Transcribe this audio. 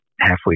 halfway